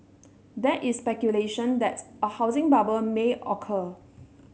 there is speculation that a housing bubble may occur